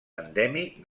endèmic